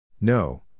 No